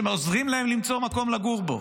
שעוזרים להם למצוא מקום לגור בו.